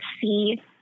see